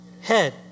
head